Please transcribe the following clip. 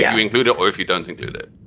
yeah we include it or if you don't include it,